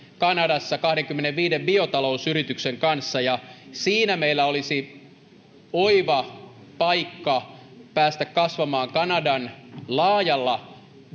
kanadassa kahdenkymmenenviiden biotalousyrityksen kanssa siinä meillä olisi oiva paikka päästä kasvamaan kanadan laajalla